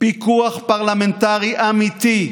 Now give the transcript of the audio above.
פיקוח פרלמנטרי אמיתי,